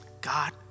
God